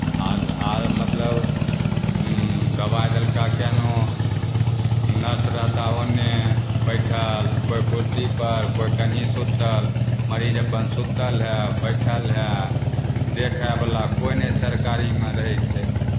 आर आर मतलब दबाइ देलकै केनहो नर्स रहताह ओन्नऽ बैठल कोइ कुर्सीपर कोइ कहीँ सूतल मरीज अपन सूतल हए बैठल हए देखयवला कोइ नहि सरकारीमे रहै छै